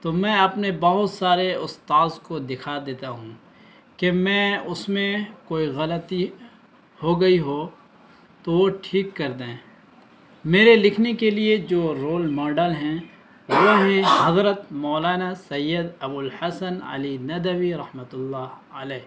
تو میں اپنے بہت سارے استاذ کو دکھا دیتا ہوں کہ میں اس میں کوئی غلطی ہو گئی ہو تو وہ ٹھیک کر دیں میرے لکھنے کے لیے جو رول ماڈل ہیں وہ ہیں حضرت مولانا سید ابو الحسن علی ندوی رحمت اللہ علیہ